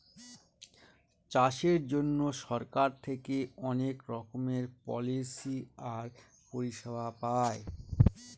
চাষের জন্য সরকার থেকে অনেক রকমের পলিসি আর পরিষেবা পায়